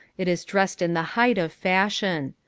it is dressed in the height of fashion.